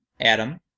Adam